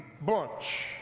Bunch